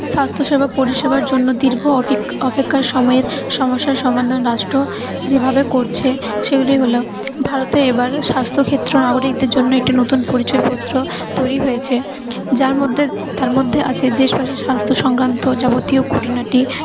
স্বাস্থ্যসেবা পরিষেবার জন্য দীর্ঘ অপেক্ষা অপেক্ষার সময়ের সমস্যার সমাধান রাষ্ট্র যেভাবে করছে সেগুলি হল ভারতে এবার স্বাস্থ্যক্ষেত্র নাগরিকদের জন্য একটি নতুন পরিচয় পত্র তৈরি হয়েছে যার মধ্যে তার মধ্যে আছে দেশবাসীর স্বাস্থ্য সংক্রান্ত যাবতীয় খুঁটিনাটি